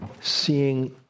seeing